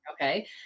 okay